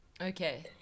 Okay